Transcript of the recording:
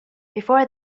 before